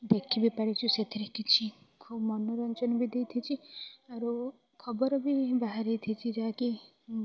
ଦେଖିବି ପାରୁଛୁ ସେଥିରେ କିଛି ଖୁବ୍ ମନୋରଞ୍ଜନ ବି ଦେଇ ଦେଇଛି ଆରୁ ଖବର ବି ବାହାରିଥିଛି ଯାହା କି